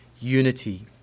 unity